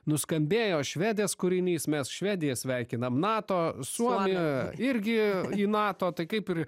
nuskambėjo švedės kūrinys mes švedija sveikinam nato suomija irgi į nato tai kaip ir